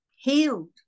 healed